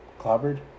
Clobbered